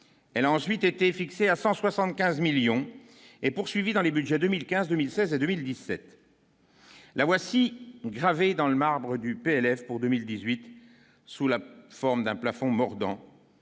elle a ensuite été fixé à 175 millions et poursuivi dans les Budgets 2015, 2016 et 2017. La voici gravé dans le marbre du PLF pour 2018 sous la forme d'un plafond morts